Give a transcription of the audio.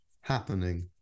happening